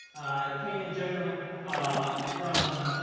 came in general um from